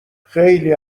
خیلی